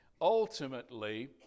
ultimately